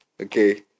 Okay